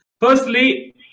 Firstly